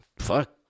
fuck